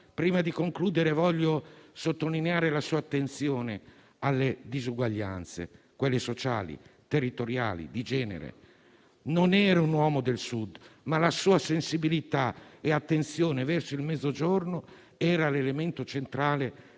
prima di concludere voglio sottolineare la sua attenzione alle disuguaglianze: quelle sociali, territoriali, di genere. Non era un uomo del Sud, ma la sua sensibilità e attenzione verso il Mezzogiorno erano l'elemento centrale